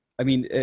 i mean,